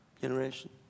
generation